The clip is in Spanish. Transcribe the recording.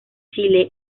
chile